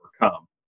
overcome